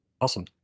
Awesome